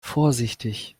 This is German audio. vorsichtig